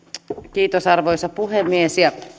arvoisa puhemies